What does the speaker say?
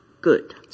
good